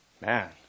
man